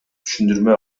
түшүндүрмө